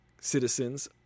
citizens